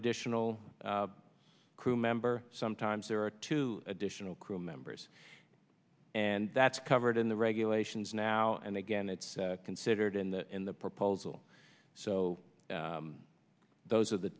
additional crew member sometimes there are two additional crew members and that's covered in the regulations now and again it's considered in the in the proposal so those are the